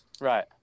Right